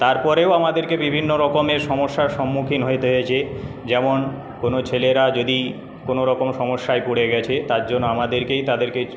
তারপরেও আমাদেরকে বিভিন্ন রকমের সমস্যার সম্মুখীন হতে হয়েছে যেমন কোনও ছেলেরা যদি কোনওরকম সমস্যায় পড়ে গেছে তার জন্য আমাদেরকেই তাদেরকে